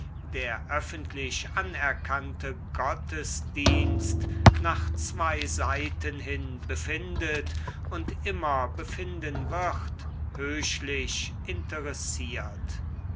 der öffentlich anerkannte gottesdienst nach zwei seiten hin befindet und immer befinden wird höchlich interessiert